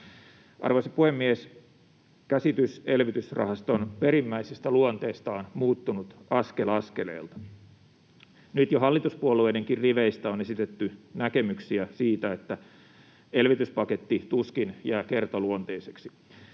Arvoisa puhemies! Käsitys elvytysrahaston perimmäisestä luonteesta on muuttunut askel askeleelta. Nyt jo hallituspuolueidenkin riveistä on esitetty näkemyksiä siitä, että elvytyspaketti tuskin jää kertaluonteiseksi.